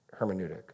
hermeneutic